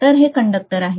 तर हे कंडक्टर आहेत